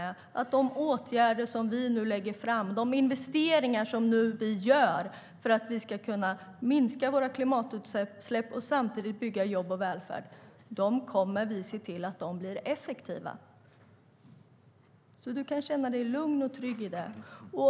De åtgärder vi nu lägger fram förslag om och de investeringar vi nu gör för att vi ska kunna minska våra klimatutsläpp och samtidigt bygga jobb och välfärd kommer vi att se till att de blir effektiva. Du kan känna dig lugn och trygg i det.